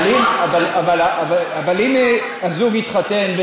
אבל אם הזוג התחתן,